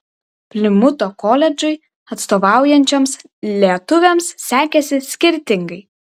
plimuto koledžui atstovaujančioms lietuvėms sekėsi skirtingai